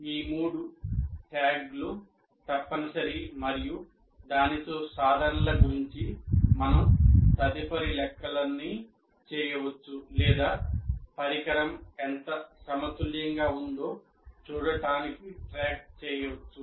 ఈ మూడు ట్యాగ్లు తప్పనిసరి మరియు దానితో సాధనల గురించి మన తదుపరి లెక్కలన్నీ చేయవచ్చు లేదా పరికరం ఎంత సమతుల్యంగా ఉందో చూడటానికి ట్రాక్ చేయవచ్చు